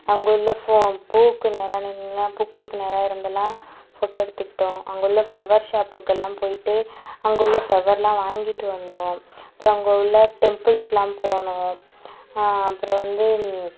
அங்கே உள்ள பூக்கு நேராக நின்றுலாம் பூக்களுக்கு நேராக இருந்துலாம் ஃபோட்டோ எடுத்துக்கிட்டோம் அங்கே உள்ள ஃபிளவர் ஷாப்புக்கு எல்லாம் போயிவிட்டு அங்கே உள்ள ஃபிளவர்லாம் வாங்கிகிட்டு வந்தோம் அப்புறம் அங்கே உள்ள டெம்பில்க்கலாம் போனோம் அப்புறம் வந்து